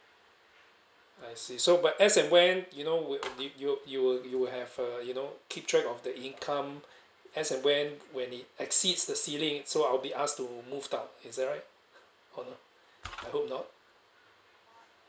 I see so but as and when you know would you you will you'll have uh you know keep track of the income as and when when it exceeds the ceiling so I'll be ask to move out is that right hold on I hope not